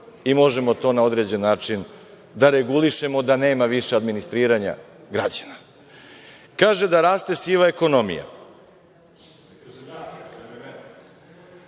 i možemo to na određen način da regulišemo, da nema više administriranja građana. Kaže da raste siva ekonomija.